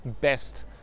best